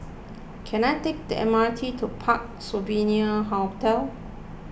can I take the M R T to Parc Sovereign Hotel